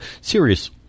serious